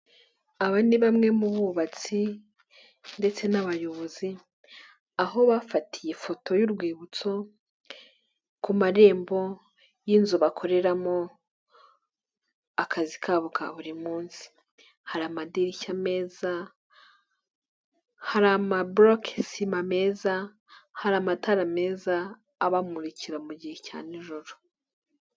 Aba ni bamwe mu bubatsi ndetse n'abayobozi, aho bafatiye ifoto y'urwibutso ku marembo y'inzu bakoreramo akazi kabo ka buri munsi, hari amadirishya meza, hari amaburokesima meza, hari amatara meza abamurikira mu gihe cya nijoro.